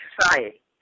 society